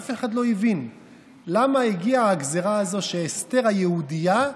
אף אחד לא הבין למה הגיעה הגזרה הזו שאסתר היהודייה,